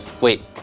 wait